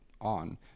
on